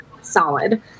solid